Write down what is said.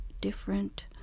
different